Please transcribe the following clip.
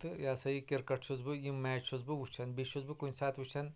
تہٕ یہ ہسا یہ کِرکٹ چھُس بہٕ یم میچ چھُس بہٕ وُچھان بیٚیہِ چھُس بہٕ کُنہِ سٲتہٕ وُچھان